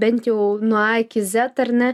bent jau nuo a iki zet ar ne